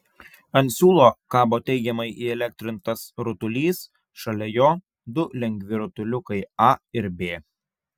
ant siūlo kabo teigiamai įelektrintas rutulys šalia jo du lengvi rutuliukai a ir b